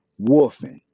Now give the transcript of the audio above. woofing